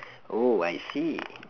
oh I see